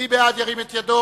מי בעד?